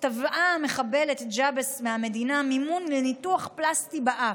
תבעה המחבלת ג'עבס מהמדינה מימון לניתוח פלסטי באף,